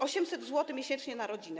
800 zł miesięcznie na rodzinę.